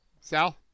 Sal